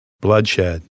bloodshed